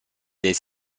del